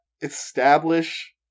establish